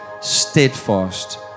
steadfast